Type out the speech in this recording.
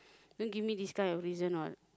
don't give me this kind of reason all